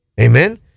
amen